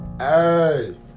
Hey